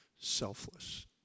selfless